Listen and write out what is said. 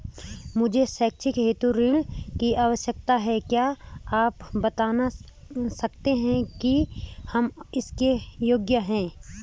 मुझे शैक्षिक हेतु ऋण की आवश्यकता है क्या आप बताना सकते हैं कि हम इसके योग्य हैं?